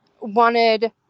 wanted